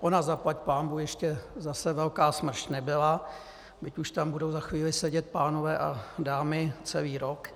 Ona zaplať pánbůh ještě zase velká smršť nebyla, byť už tam budou za chvíli sedět pánové a dámy celý rok.